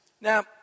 Now